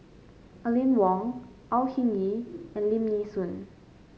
Aline Wong Au Hing Yee and Lim Nee Soon